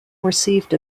received